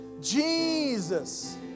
Jesus